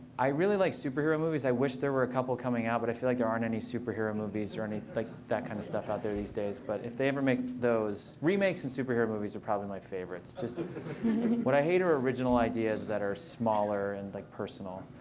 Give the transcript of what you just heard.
i really like superhero movies. i wish there were a couple coming out. but i feel like there aren't any superhero movies or like that kind of stuff out there these days. but if they ever make those, remakes and superhero movies are probably my favorites. just what i hate are original ideas that are smaller and like personal.